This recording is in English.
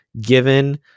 given